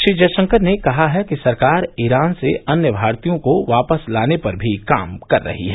श्री जयशंकर ने कहा है कि सरकार ईरान से अन्य भारतीयों को वापस लाने पर भी काम कर रही है